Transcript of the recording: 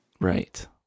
right